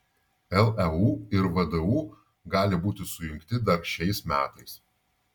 leu ir vdu gali būti sujungti dar šiais metais